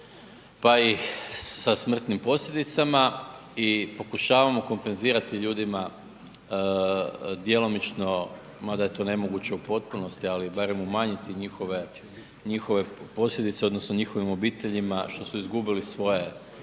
pa i sa smrtnim posljedicama i pokušavamo kompenzirati ljudima djelomično, mada je to nemoguće u potpunosti, ali barem umanjiti njihove posljedice odnosno njihovim obiteljima što su izgubili svoje